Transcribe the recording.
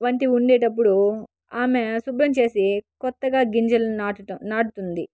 వంటి ఉండేటప్పుడు ఆమె శుభ్రం చేసి కొత్తగా గింజలను నాటడం నాటుతుంది